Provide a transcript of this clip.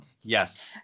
Yes